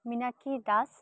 Minakshi Das